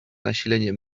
nasilenie